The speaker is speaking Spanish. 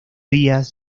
días